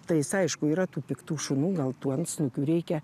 tai jis aišku yra tų piktų šunų gal tų antsnukių reikia